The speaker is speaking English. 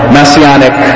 Messianic